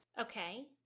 okay